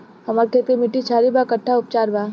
हमर खेत के मिट्टी क्षारीय बा कट्ठा उपचार बा?